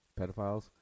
pedophiles